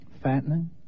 fattening